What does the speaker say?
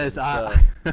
yes